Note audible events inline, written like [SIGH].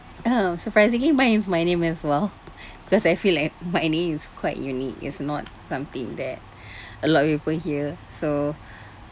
[COUGHS] surprisingly mine is my name as well because I feel like my name is quite unique is not something that [BREATH] a lot of people hear so